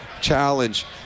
challenge